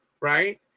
right